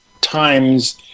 times